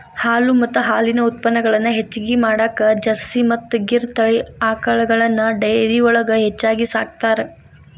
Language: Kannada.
ಹಾಲು ಮತ್ತ ಹಾಲಿನ ಉತ್ಪನಗಳನ್ನ ಹೆಚ್ಚಗಿ ಮಾಡಾಕ ಜರ್ಸಿ ಮತ್ತ್ ಗಿರ್ ತಳಿ ಆಕಳಗಳನ್ನ ಡೈರಿಯೊಳಗ ಹೆಚ್ಚಾಗಿ ಸಾಕ್ತಾರ